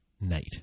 night